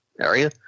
area